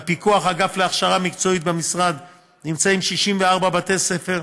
בפיקוח האגף להכשרה מקצועית במשרד נמצאים 64 בתי ספר,